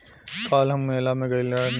काल्ह हम मेला में गइल रहनी